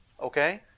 Okay